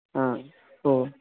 ആ ഓ